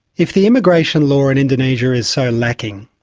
if the immigration law in indonesia is so lacking,